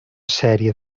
sèrie